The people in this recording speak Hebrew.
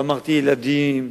אמרתי ילדים,